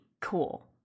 cool